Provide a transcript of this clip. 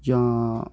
जां